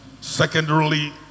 Secondarily